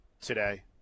today